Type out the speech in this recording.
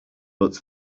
but